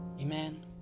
Amen